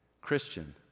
Christian